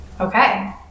Okay